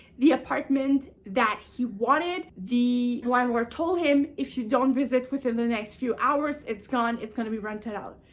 the apartment that he wanted, the landlord told him if you don't visit within the next few hours, it's gone, it's going to be rented out.